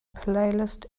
playlist